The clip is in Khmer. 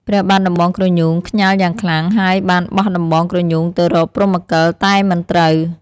ព្រះបាទដំបងក្រញូងខ្ញាល់យ៉ាងខ្លាំង ហើយបានបោះដំបងក្រញូងទៅរកព្រហ្មកិល តែមិនត្រូវ ។